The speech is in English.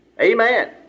Amen